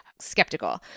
skeptical